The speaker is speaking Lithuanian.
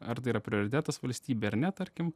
ar tai yra prioritetas valstybei ar ne tarkim